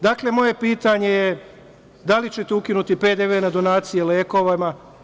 Dakle, moje pitanje je - da li ćete ukinuti PDV na donacije lekovima?